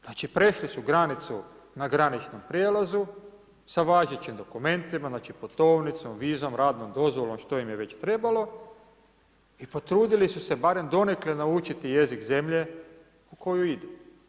Znači prešli su granicu na graničnom prijelazu sa važećim dokumentima, znači putovnicom, vizom, radnom dozvolom, što im je već trebalo i potrudili su se barem donekle naučiti jezik zemlje u koju idu.